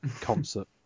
concert